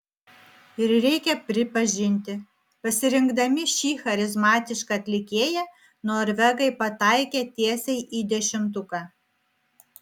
ir reikia pripažinti pasirinkdami šį charizmatišką atlikėją norvegai pataikė tiesiai į dešimtuką